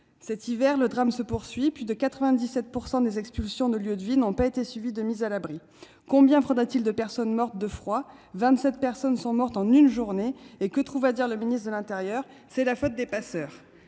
Cet hiver, le drame se poursuit : plus de 97 % des expulsions de lieux de vie n'ont pas été suivies de mises à l'abri. Combien faudra-t-il de personnes mortes de froid ? Quand vingt-sept personnes meurent en une journée, que trouve à dire le ministre de l'intérieur :« c'est la faute des passeurs